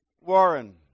Warren